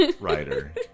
writer